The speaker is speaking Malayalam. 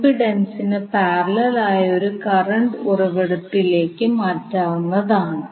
ഇപ്പോൾ നമ്മൾ കെവിഎൽ പ്രയോഗിക്കണം